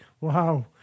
Wow